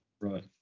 Right